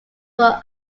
were